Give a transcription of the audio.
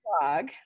blog